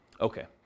Okay